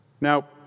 Now